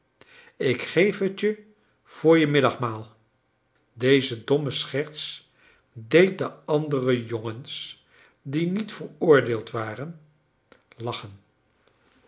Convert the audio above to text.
ik geef het je voor je middagmaal deze domme scherts deed de andere jongens die niet veroordeeld waren lachen